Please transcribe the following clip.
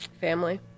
Family